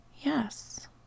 Yes